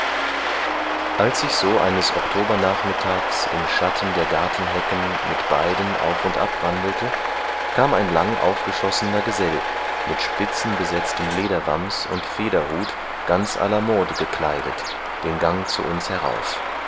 als ich so eines octobernachmittags im schatten der gartenhecken mit beiden auf und ab wandelte kam ein lang aufgeschossener gesell mit spitzenbesetztem lederwams und federhut ganz alamode gekleidet den gang zu uns herauf